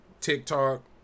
TikTok